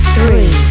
Three